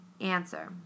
Answer